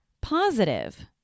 positive